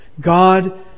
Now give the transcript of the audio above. God